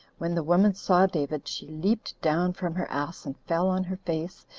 when the woman saw david, she leaped down from her ass, and fell on her face,